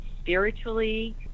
spiritually